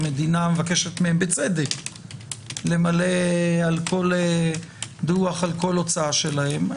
המדינה מבקשת מהם בצדק למלא דוח על כל הוצאה שלהם.